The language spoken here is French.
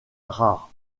rare